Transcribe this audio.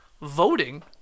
voting